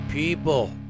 People